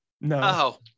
No